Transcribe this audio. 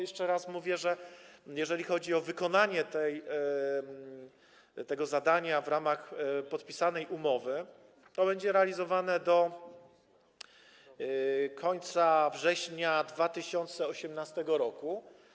Jeszcze raz mówię, że jeżeli chodzi o wykonanie tego zadania w ramach podpisanej umowy, to będzie ono realizowane do końca września 2018 r.